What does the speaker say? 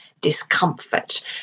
discomfort